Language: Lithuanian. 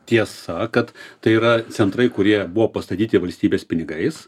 tiesa kad tai yra centrai kurie buvo pastatyti valstybės pinigais